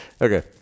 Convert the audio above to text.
Okay